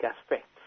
aspects